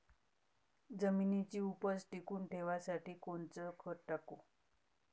जमिनीची उपज टिकून ठेवासाठी कोनचं खत टाकू?